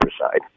side